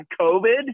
COVID